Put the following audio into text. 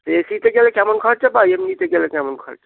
এসিতে গেলে কেমন খরচা বা এমনিতে গেলে কেমন খরচা